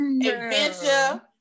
adventure